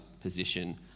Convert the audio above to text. position